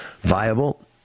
viable